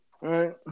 right